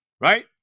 right